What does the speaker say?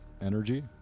energy